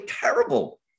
terrible